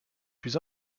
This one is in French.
plus